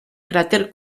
cràter